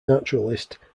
naturalist